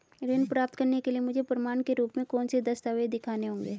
ऋण प्राप्त करने के लिए मुझे प्रमाण के रूप में कौन से दस्तावेज़ दिखाने होंगे?